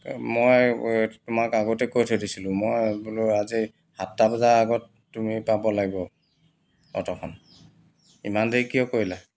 মই তোমাক আগতে কৈ থৈ দিছিলোঁ মই বোলো আজি সাতটা বজা আগত তুমি পাব লাগিব অটোখন ইমান দেৰি কিয় কৰিলা